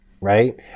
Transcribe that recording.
right